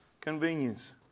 Convenience